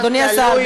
אדוני השר,